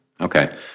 okay